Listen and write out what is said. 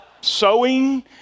sewing